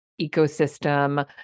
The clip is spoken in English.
ecosystem